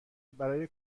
برای